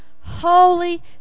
holy